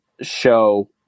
show